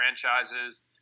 franchises